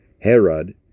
Herod